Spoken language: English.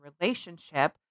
relationship